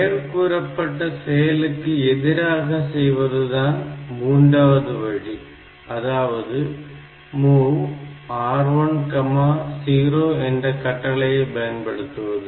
மேற்கூறப்பட்ட செயலுக்கு எதிராக செய்வதுதான் மூன்றாவது வழி அதாவது MOV R10 என்ற கட்டளையை பயன்படுத்துவது